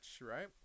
right